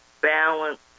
balance